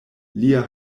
lia